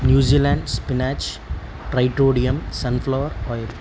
New Zealand spinach ట్రైటోడియం sunflower oil